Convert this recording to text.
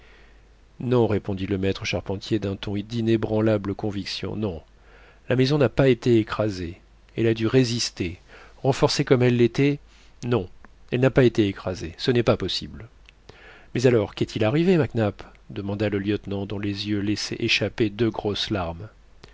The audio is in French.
non répondit le maître charpentier d'un ton d'inébranlable conviction non la maison n'a pas été écrasée elle a dû résister renforcée comme elle l'était non elle n'a pas été écrasée ce n'est pas possible mais alors qu'est-il arrivé mac nap demanda le lieutenant dont les yeux laissaient échapper deux grosses larmes